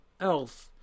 else